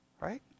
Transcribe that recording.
right